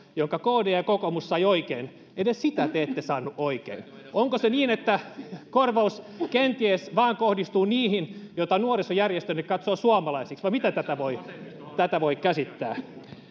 jonka kd ja kokoomus saivat oikein te ette saanut oikein onko se niin että korvaus kenties kohdistuu vain niihin joita nuorisojärjestönne katsoo suomalaisiksi vai miten tätä voi käsittää ei